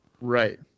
Right